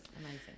Amazing